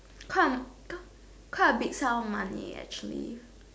quite quite a big sum of money actually